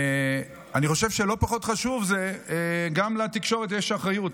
אני חושב שלא פחות חשוב זה שגם לתקשורת יש אחריות,